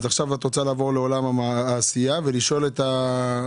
עכשיו את רוצה לעבור לעולם העשייה ולשאול את האוצר.